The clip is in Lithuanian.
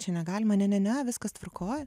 čia negalima ne ne ne viskas tvarkoj